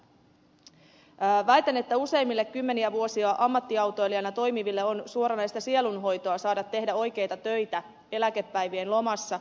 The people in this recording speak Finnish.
väitän että useimmille kymmeniä vuosia ammattiautoilijana toimiville on suoranaista sielunhoitoa saada tehdä oikeita töitä eläkepäivien lomassa